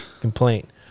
complaint